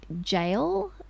jail